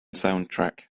soundtrack